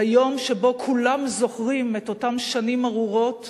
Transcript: היום שבו כולם זוכרים את אותן שנים ארורות